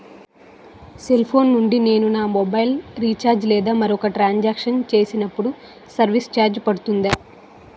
Cell phone నుండి నేను నా మొబైల్ రీఛార్జ్ లేదా మరొక ట్రాన్ సాంక్షన్ చేసినప్పుడు సర్విస్ ఛార్జ్ పడుతుందా?